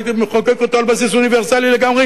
הייתי מחוקק אותו על בסיס אוניברסלי לגמרי,